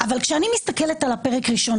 אבל כשאני מסתכלת על הפרק הראשון,